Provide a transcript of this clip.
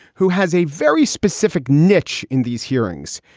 who has a very specific niche in these hearings.